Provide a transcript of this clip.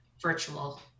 virtual